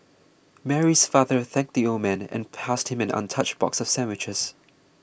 Mary's father thanked the old man and passed him an untouched box of sandwiches